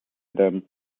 them